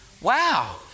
Wow